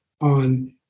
on